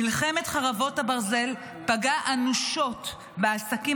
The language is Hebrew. מלחמת חרבות ברזל פגעה אנושות בעסקים